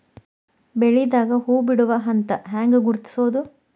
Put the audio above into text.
ಬೆಳಿದಾಗ ಹೂ ಬಿಡುವ ಹಂತ ಹ್ಯಾಂಗ್ ಗುರುತಿಸೋದು?